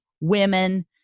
women